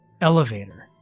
Elevator